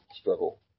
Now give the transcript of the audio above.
struggle